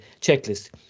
checklist